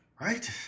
Right